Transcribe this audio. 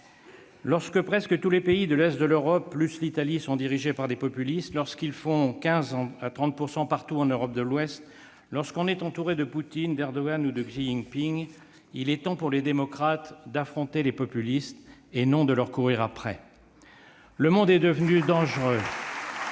Lorsque presque tous les pays de l'est de l'Europe, plus l'Italie, sont dirigés par des populistes, lorsque ceux-ci réunissent de 15 % à 30 % des suffrages partout en Europe de l'Ouest, lorsque l'on est entouré de Poutine, d'Erdogan et de Xi Jinping, il est temps, pour les démocrates, d'affronter les populistes, et non de leur courir après ! Le monde est devenu dangereux